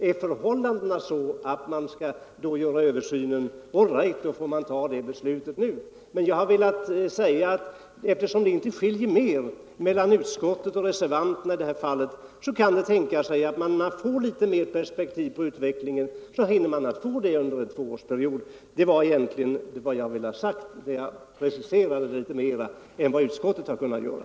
Är förhållandena sådana att en översyn då bör göras, all right, då får man besluta om det. Jag har dock velat säga att eftersom det inte skiljer mer mellan utskottet och reservanterna i det här fallet så kan det tänkas att man hinner få litet mer perspektiv på utvecklingen inom en tvåårsperiod. Jag har bara velat precisera mig något mer än vad utskottet har kunnat göra.